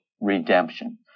redemption